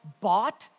bought